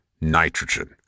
nitrogen